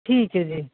ਠੀਕ ਏ ਜੀ